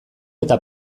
eta